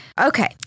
Okay